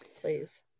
please